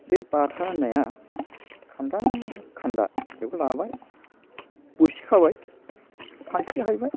बे बाथा होननाया खान्दा खान्दा बेखौ लाबाय बोरसि खाबाय खानस्रि हाइबाय